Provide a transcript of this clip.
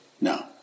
No